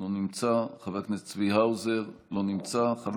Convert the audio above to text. לא נמצא, חבר הכנסת צבי האוזר, לא נמצא,